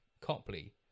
Copley